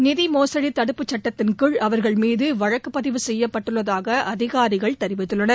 நிதி மோசுடி தடுப்புச்சட்டத்தின் கீழ் அவர்கள் மீது வழக்கு பதிவு செய்யப்பட்டுள்ளதாக அதிகாரிகள் தெரிவித்துள்ளனர்